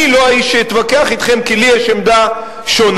אני לא האיש שאתווכח אתכם כי לי יש עמדה שונה.